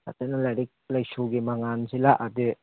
ꯐꯖꯅ ꯂꯥꯏꯔꯤꯛ ꯂꯥꯏꯁꯨꯒꯤ ꯃꯉꯥꯟꯁꯤ ꯂꯥꯛꯑꯗꯤ